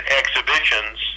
exhibitions